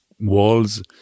walls